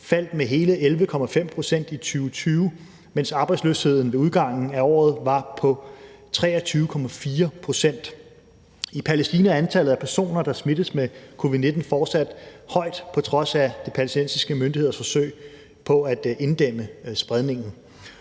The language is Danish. faldt med hele 11,5 pct. i 2020, mens arbejdsløsheden ved udgangen af året var på 23,4 pct. I Palæstina er antallet af personer, der smittes med covid-19, fortsat højt på trods af de palæstinensiske myndigheders forsøg på at inddæmme spredningen.